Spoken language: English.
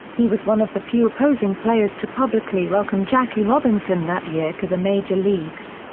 he was one of the few opposing players to publicly welcome jackie robinson that year to the major leagues.